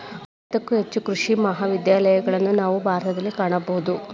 ಐವತ್ತಕ್ಕೂ ಹೆಚ್ಚು ಕೃಷಿ ಮಹಾವಿದ್ಯಾಲಯಗಳನ್ನಾ ನಾವು ಭಾರತದಲ್ಲಿ ಕಾಣಬಹುದು